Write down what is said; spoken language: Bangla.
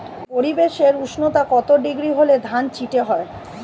পরিবেশের উষ্ণতা কত ডিগ্রি হলে ধান চিটে হয়?